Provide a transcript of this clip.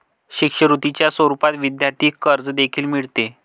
शिष्यवृत्तीच्या स्वरूपात विद्यार्थी कर्ज देखील मिळते